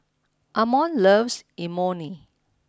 Ammon loves Imoni